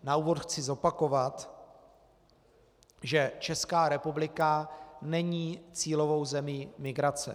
Na úvod chci zopakovat, že Česká republika není cílovou zemí migrace.